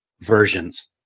versions